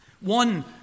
one